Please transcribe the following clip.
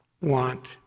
want